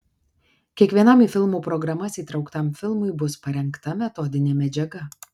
kiekvienam į filmų programas įtrauktam filmui bus parengta metodinė medžiaga